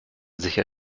sicher